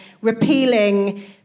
repealing